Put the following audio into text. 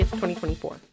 2024